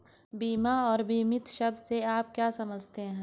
बीमा और बीमित शब्द से आप क्या समझते हैं?